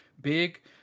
big